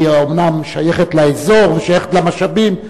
אומנם שייכת לאזור ושייכת למשאבים,